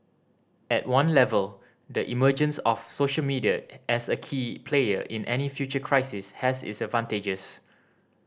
at one level the emergence of social media as a key player in any future crisis has its advantages